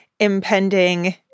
impending